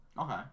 Okay